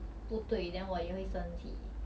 不可以有 attitude issues you know